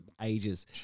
ages